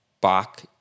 Bach